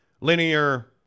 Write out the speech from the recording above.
linear